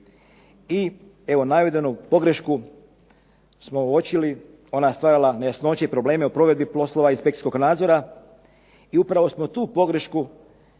I evo navedenu pogrešku smo uočili. Ona je stvarala nejasnoće u provedbi poslova inspekcijskog nadzora i upravo smo tu pogrešku